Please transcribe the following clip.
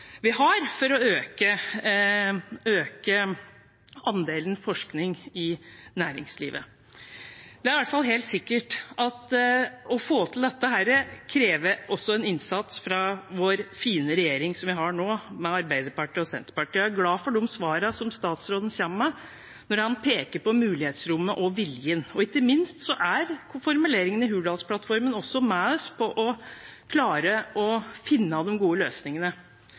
vi har for å øke andelen forskning i næringslivet. Det er i hvert fall helt sikkert at å få til dette også krever en innsats fra den fine regjeringen vi har nå, med Arbeiderpartiet og Senterpartiet. Jeg er glad for de svarene som statsråden kommer med når han peker på mulighetsrommet og viljen. Ikke minst er formuleringene i Hurdalsplattformen også med oss for å klare å finne de gode løsningene.